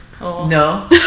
No